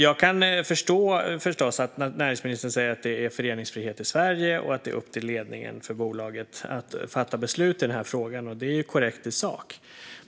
Jag kan naturligtvis förstå att näringsministern säger att det är föreningsfrihet i Sverige och att det är upp till ledningen för bolaget att fatta beslut i den här frågan. Det är korrekt i sak.